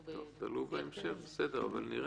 תעלו בהמשך, נראה.